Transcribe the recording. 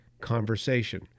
conversation